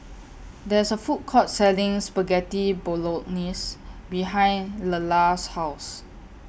There IS A Food Court Selling Spaghetti Bolognese behind Lelar's House